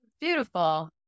Beautiful